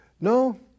No